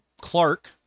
clark